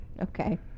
Okay